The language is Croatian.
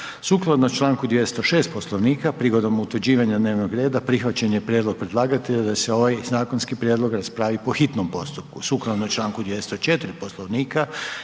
Sukladno članku 206. prigodom utvrđivanja dnevnog reda prihvatili smo prijedlog predlagatelja da se ovaj zakonski prijedlog raspravi po hitnom postupku. Sukladno članku 204. Poslovnika